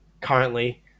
currently